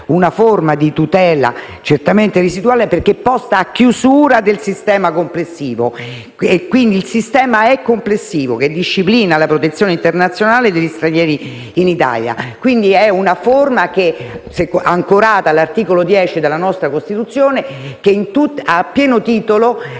una forma di tutela certamente residuale, perché posta a chiusura del sistema complessivo - quindi il sistema è complessivo - che disciplina la protezione internazionale degli stranieri in Italia. È quindi una forma ancorata all'articolo 10 della Costituzione, che entra